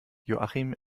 joachim